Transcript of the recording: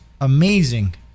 amazing